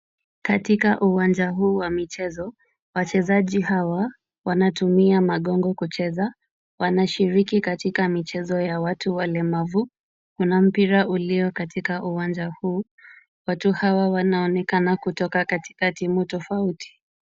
Katika uwanja huu wa michezo, wachezaji hawa wanatumia magongo kucheza. Wanashiriki katika michezo ya watu walemavu. Kuna mpira ulio katika uwanja huu. Watu hawa wanaoneka kutoka katika timu tofauti.